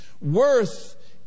Worth